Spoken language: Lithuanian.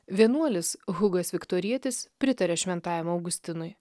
vienuolis hugas viktorietis pritarė šventajam augustinui